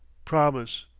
promise!